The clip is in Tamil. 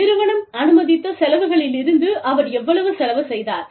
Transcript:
நிறுவனம் அனுமதித்த செலவுகளிலிருந்து அவர் எவ்வளவு செலவு செய்தார்